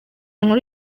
nkuru